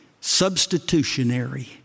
Substitutionary